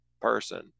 person